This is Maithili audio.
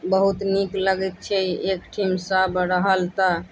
बहुत नीक लगै छै एकठाम सब रहल तऽ